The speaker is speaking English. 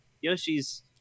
Yoshi's